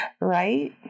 Right